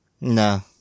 No